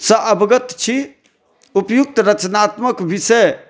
सॅं अवगत छी उपयुक्त रचनात्मक विषय